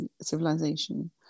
civilization